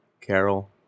Carol